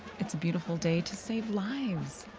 it's a beautiful day to save lives.